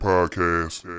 Podcast